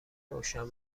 روشن